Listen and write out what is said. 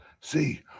see